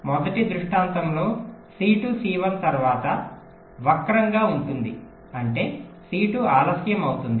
మొదటి దృష్టాంతంలో C2 C1 తర్వాత వక్రంగా ఉంటుంది అంటే C2 ఆలస్యం అవుతుంది